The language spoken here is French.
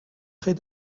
près